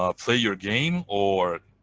ah play your game or